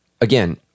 again